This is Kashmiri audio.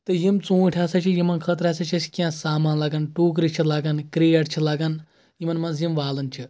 تہٕ یِم ژوٗنٹھۍ ہسا چھِ یِمن خٲطرٕ ہسا چھِ أسۍ کیٚنٛہہ سامان لگان ٹوٗکرِ چھِ لگان کریٹ چھِ لگان یِمن منٛز یِم والان چھِ